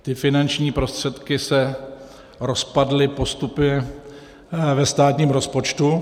Ty finanční prostředky se rozpadly postupně ve státním rozpočtu.